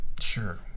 Sure